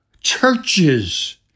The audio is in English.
churches